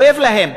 כואב להם.